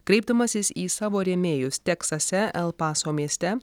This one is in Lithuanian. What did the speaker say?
kreipdamasis į savo rėmėjus teksase el paso mieste